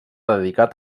dedicat